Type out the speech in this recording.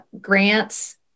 grants